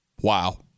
wow